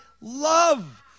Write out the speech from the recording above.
love